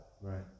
Right